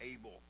able